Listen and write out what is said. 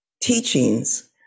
teachings